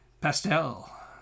Pastel